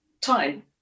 Time